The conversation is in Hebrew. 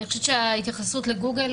אני חושבת שההתייחסות לגוגל